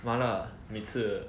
麻辣每次